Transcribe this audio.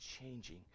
changing